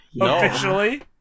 Officially